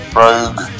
rogue